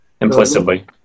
implicitly